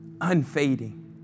unfading